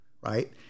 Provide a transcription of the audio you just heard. right